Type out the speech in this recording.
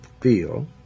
feel